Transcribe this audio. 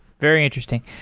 very interesting.